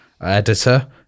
editor